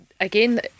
again